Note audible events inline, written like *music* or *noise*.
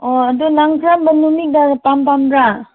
ꯑꯣ ꯑꯗꯨ ꯅꯪ ꯀꯔꯝꯕ ꯅꯨꯃꯤꯠꯇ *unintelligible*